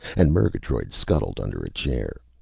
and murgatroyd scuttled under a chair.